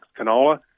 canola